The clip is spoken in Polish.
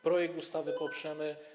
Projekt ustawy poprzemy.